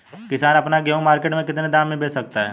किसान अपना गेहूँ मार्केट में कितने दाम में बेच सकता है?